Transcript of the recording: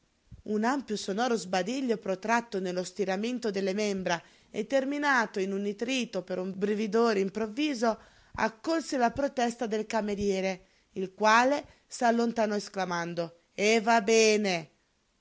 un ampio sonoro sbadiglio protratto nello stiramento delle membra e terminato in un nitrito per un brividore improvviso accolse la protesta del cameriere il quale s'allontanò esclamando e va bene